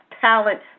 talent